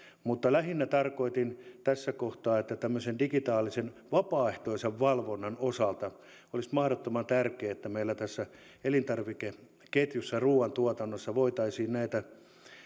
mutta lähinnä tarkoitin tässä kohtaa että tämmöisen digitaalisen vapaaehtoisen valvonnan osalta olisi mahdottoman tärkeää että meillä tässä elintarvikeketjussa ruuantuotannossa voitaisiin näitä